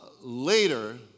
later